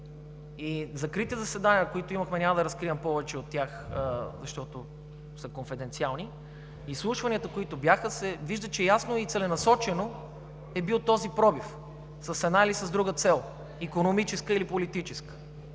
от закритите заседания, които имахме – няма да разкривам повече от тях, защото са конфиденциални, от изслушванията, които бяха, се вижда, че ясно и целенасочено е бил този пробив, с една или с друга цел – икономическа или политическа.